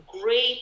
great